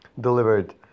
delivered